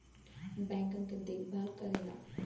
बैंकन के देखभाल करेला